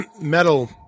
metal